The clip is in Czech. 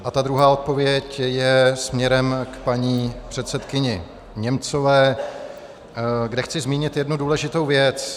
A ta druhá odpověď je směrem k paní předsedkyni Němcové, kde chci zmínit jednu důležitou věc.